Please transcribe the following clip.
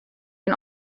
can